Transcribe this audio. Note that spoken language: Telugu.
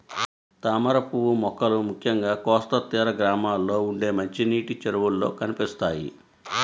తామరపువ్వు మొక్కలు ముఖ్యంగా కోస్తా తీర గ్రామాల్లో ఉండే మంచినీటి చెరువుల్లో కనిపిస్తాయి